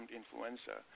influenza